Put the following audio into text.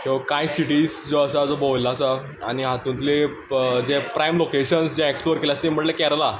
किंवां कांय सिटीज ज्यो आसा त्यो भोंविल्लो आसा आनी हातुंतले जे प्रायम लॉकेशन्स जे एक्सप्लोर केला तें म्हणल्यार केरला